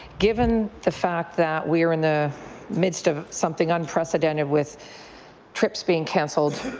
given the fact that we're in the middle of something unprecedented with trips being cancelled,